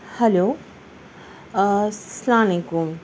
hello السلام علیکم